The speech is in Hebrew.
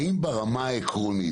האם ברמה העקרונית,